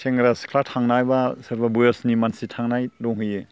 सेंग्रा सिख्ला थांनाय बा सोरबा बयसनि मानसि थांनाय दंहैयो